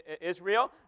Israel